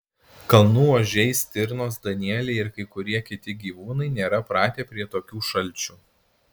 kalnų ožiai stirnos danieliai ir kai kurie kiti gyvūnai nėra pratę prie tokių šalčių